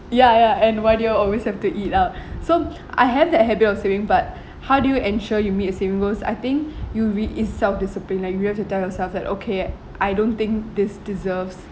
ya ya and why do y'all always have to eat out so I have that habit of saving but how do you ensure you meet your saving goals I think you re~ it's self-discipline lah like you have to tell yourself that okay I don't think this deserves